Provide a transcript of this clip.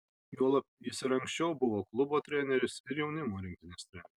juolab jis ir anksčiau buvo klubo treneris ir jaunimo rinktinės treneris